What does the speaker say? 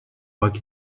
walk